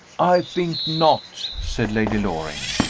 i think not, said lady loring.